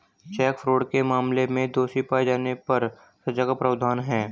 check fraud के मामले में दोषी पाए जाने पर सजा का प्रावधान है